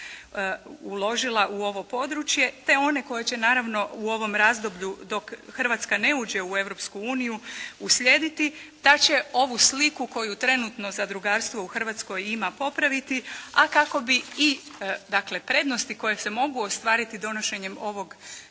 uložila u ovo područje te one koje će naravno u ovom razdoblju dok Hrvatska ne uđe u Europsku uniju uslijediti da će ovu sliku koju trenutno zadrugarstvo u Hrvatskoj ima popraviti, a kako bi i dakle prednosti koje se mogu ostvariti donošenjem ovog Zakona